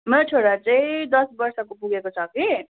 मेरो छोरा चाहिँ दस बर्षको पुगेको छ कि